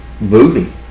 movie